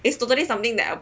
is totally something that